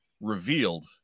revealed